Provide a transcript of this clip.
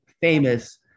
famous